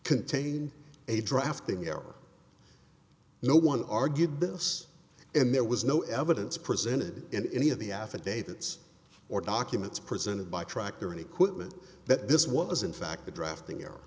contained a drafting error no one argued bills and there was no evidence presented in any of the affidavits or documents presented by tractor and equipment that this was in fact the drafting er